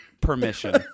permission